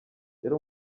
yari